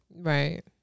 Right